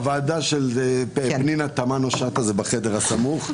הוועדה של פנינה תמנו שאטה זה בחדר הסמוך.